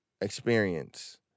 experience